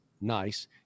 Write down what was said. nice